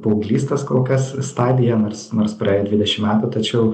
paauglystės kol kas stadija nors nors praėjo dvidešim metų tačiau